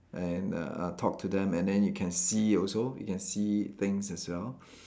and uh uh talk to them and then you can see also you can see things as well